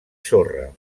sorra